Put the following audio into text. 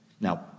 Now